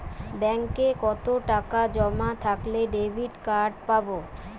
ব্যাঙ্কে কতটাকা জমা থাকলে ডেবিটকার্ড পাব?